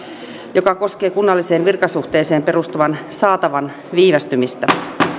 joka koskee kunnalliseen virkasuhteeseen perustuvan saatavan viivästymistä